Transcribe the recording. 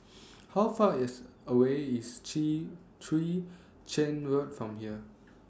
How Far IS away IS Chwee Chian Road from here